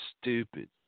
stupid